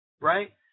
right